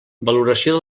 valoració